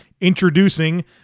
introducing